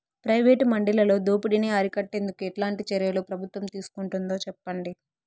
Private మండీలలో దోపిడీ ని అరికట్టేందుకు ఎట్లాంటి చర్యలు ప్రభుత్వం తీసుకుంటుందో చెప్పండి?